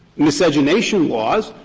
miscegenation laws,